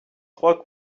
trois